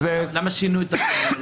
למה שינו את השם?